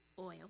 oil